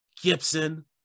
Gibson